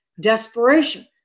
desperation